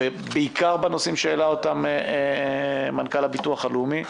בעיקר בנושאים שהעלה מנכ"ל הביטוח הלאומי.